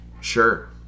sure